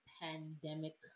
pandemic